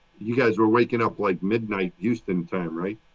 you guys were waking up like midnight houston time, right?